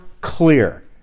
clear